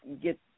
get